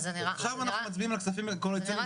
עכשיו אנחנו מצביעים על הכספים האלה,